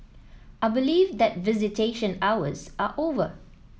I believe that visitation hours are over